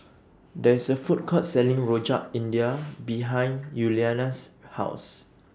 There IS A Food Court Selling Rojak India behind Yuliana's House